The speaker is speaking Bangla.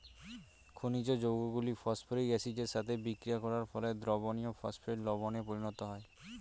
খনিজ যৌগগুলো ফসফরিক অ্যাসিডের সাথে বিক্রিয়া করার ফলে দ্রবণীয় ফসফেট লবণে পরিণত হয়